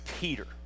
Peter